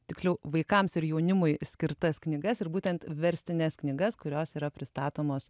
tiksliau vaikams ir jaunimui skirtas knygas ir būtent verstines knygas kurios yra pristatomos